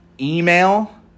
Email